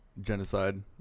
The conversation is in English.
genocide